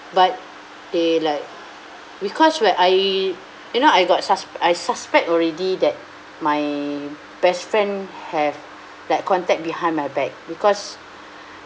but they like because where I you know I got sus~ I suspect already that my best friend have like contact behind my back because